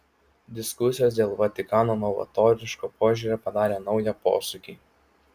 diskusijos dėl vatikano novatoriško požiūrio padarė naują posūkį